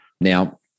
Now